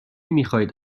میخواهید